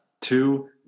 Two